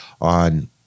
on